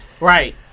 right